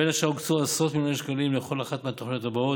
בין השאר הוקצו עשרות מיליוני שקלים לכל אחת מהתוכניות הבאות,